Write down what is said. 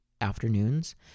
afternoons